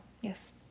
yes